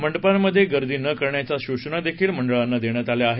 मंडपांमधे गर्दी न करण्याचा सुचना देखील मंडळांना करण्यात आल्या आहेत